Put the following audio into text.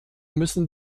müssen